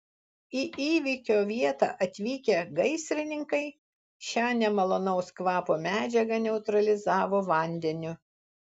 į įvykio vietą atvykę gaisrininkai šią nemalonaus kvapo medžiagą neutralizavo vandeniu